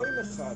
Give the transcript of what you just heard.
לא עם אחד.